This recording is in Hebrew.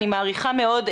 אני מעריכה מאוד.